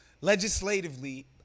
Legislatively